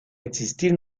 existir